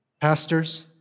Pastors